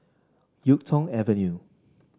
YuK Tong Avenue